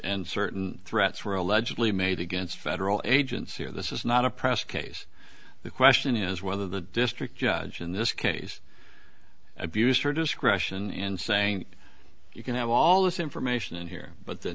and certain threats were allegedly made against federal agents here this is not a press case the question is whether the district judge in this case abuse her discretion and saying you can have all this information in here but the